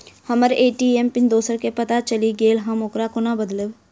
हम्मर ATM pin दोसर केँ पत्ता चलि गेलै, हम ओकरा कोना बदलबै?